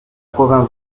province